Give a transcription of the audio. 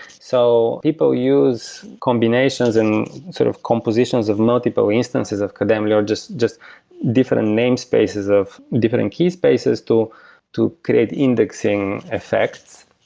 so people use combinations and sort of compositions of multiple instances of kademlia or just just different and name spaces of different and key spaces to to create indexing effects.